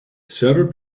several